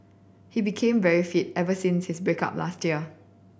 he became very fit ever since his break up last year